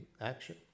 action